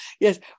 Yes